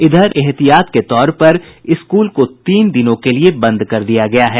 इधर एहतियात के तौर पर स्कूल को तीन दिनों के लिए बंद कर दिया गया है